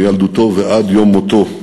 מילדותו ועד יום מותו,